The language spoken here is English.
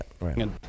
Right